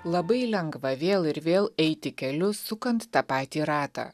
labai lengva vėl ir vėl eiti keliu sukant tą patį ratą